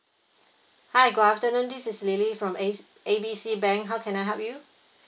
hi good afternoon this is lily from A A B C bank how can I help you